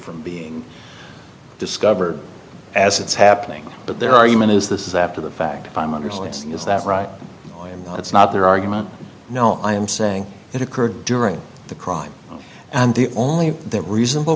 from being discovered as it's happening but their argument is this is after the fact by my understanding is that right and it's not their argument no i am saying it occurred during the crime and the only reasonable